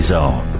Zone